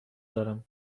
دارم